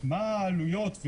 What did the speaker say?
או כל גורם ממשלתי אחר,